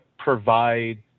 provide